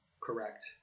correct